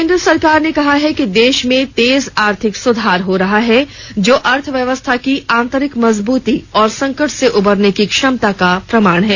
केन्द्र सरकार ने कहा है कि देश में तेज आर्थिक सुधार हो रहा है जो अर्थव्यवस्था की आंतरिक मजबूती और संकट से उबरने की क्षमता का प्रमाण है